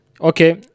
okay